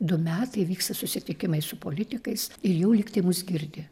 du metai vyksta susitikimai su politikais ir jau lygtai mus girdi